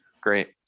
great